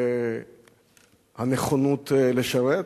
והנכונות לשרת,